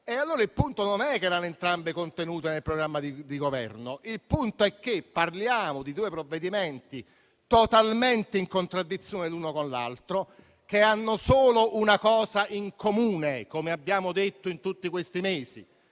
Il punto non è che tali riforme erano entrambe contenute nel programma di Governo. Il punto è che parliamo di due provvedimenti totalmente in contraddizione l'uno con l'altro, che hanno solo una cosa in comune, come abbiamo detto in tutti questi mesi,